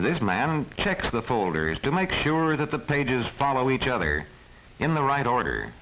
and this man checks the folders to make sure that the pages follow each other in the right order